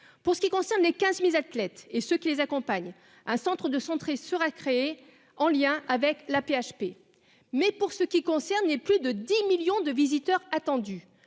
Pour ce qui concerne les 15 mises athlètes et ceux qui les accompagnent. Un centre de centrer sera créé en lien avec l'AP-HP. Mais pour ce qui concerne les plus de 10 millions de visiteurs attendus